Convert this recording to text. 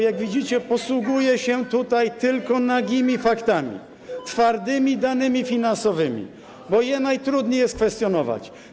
Jak widzicie, posługuję się tylko nagimi faktami, twardymi danymi finansowymi, bo je najtrudniej jest kwestionować.